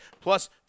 plus